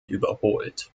überholt